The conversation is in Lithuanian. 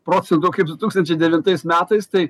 procentų kaip du tūkstančiai devintais metais tai